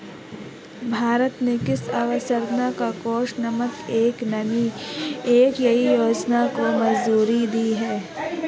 भारत ने कृषि अवसंरचना कोष नामक एक नयी योजना को मंजूरी दी है